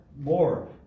more